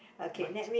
mic